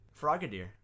Frogadier